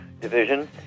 division